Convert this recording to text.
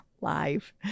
live